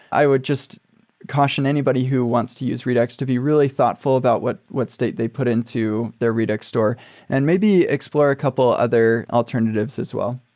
i would just caution anybody who wants to use redux to be really thoughtful about what what state they put into their redux store and maybe explore a couple other alternatives as well.